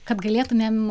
kad galėtumėm